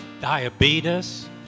diabetes